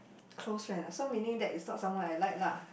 close friend ah so meaning that is not someone I like lah